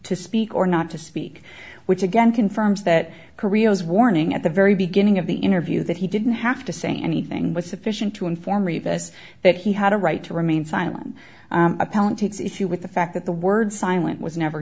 to speak or not to speak which again confirms that korea was warning at the very beginning of the interview that he didn't have to say anything was sufficient to inform me that that he had a right to remain silent appellant takes issue with the fact that the word silent was never